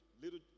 little